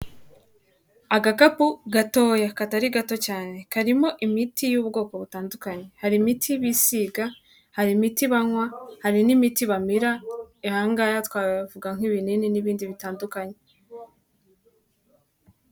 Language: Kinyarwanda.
Agakapu gatoya katari gato cyane, karimo imiti y'ubwoko butandukanye, hari imiti bisiga, hari imiti banywa, hari n'imiti bamira, aha ngaha twavuga nk'ibinini n'ibindi bitandukanye.